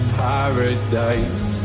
paradise